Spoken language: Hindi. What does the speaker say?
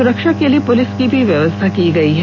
सुरक्षा के लिए पुलिस की भी व्यवस्था की गयी है